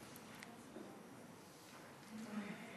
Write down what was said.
26) (הליך מינוי דירקטורים חיצוניים לכהונה נוספת),